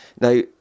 now